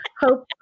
Hope